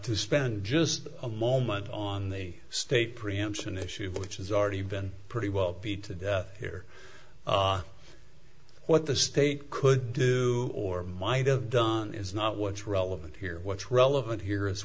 to spend just a moment on the state preemption issue which is already been pretty well paid to death here what the state could do or might have done is not what's relevant here what's relevant here